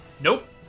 Nope